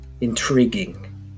intriguing